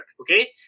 okay